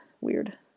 weird